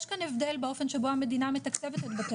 יש כאן הבדל באופן שבו המדינה מתקצבת את בתי